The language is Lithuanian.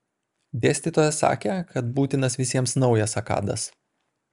dėstytojas sakė kad būtinas visiems naujas akadas